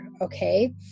okay